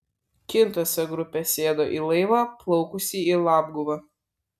kintuose grupė sėdo į laivą plaukusį į labguvą